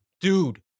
Dude